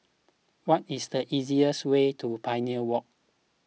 what is the easiest way to Pioneer Walk